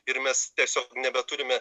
ir mes tiesiog nebeturime